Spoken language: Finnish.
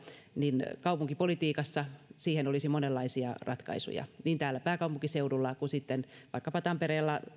niin kaupunkipolitiikassa siihen olisi monenlaisia ratkaisuja niin täällä pääkaupunkiseudulla kuin sitten vaikkapa tampereella missä